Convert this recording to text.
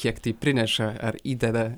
kiek tai prineša ar įdeda